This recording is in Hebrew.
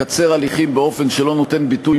מקצר הליכים באופן שלא נותן ביטוי